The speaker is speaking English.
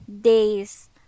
days